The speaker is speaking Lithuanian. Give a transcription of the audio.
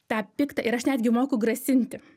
tą piktą ir aš netgi moku grasinti